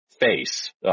face